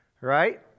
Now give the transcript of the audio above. right